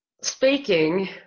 Speaking